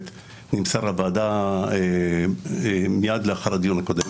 נמסר לוועדה מייד לאחר הדיון הקודם.